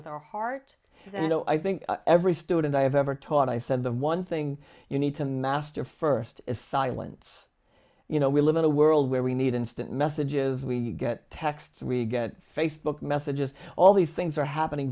with our heart and you know i think every student i have ever taught i said the one thing you need to master first is silence you know we live in a world where we need instant messages we get texts we get facebook messages all these things are happening